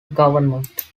government